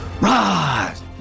rise